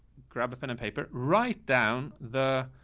grab a pen and paper. write down the,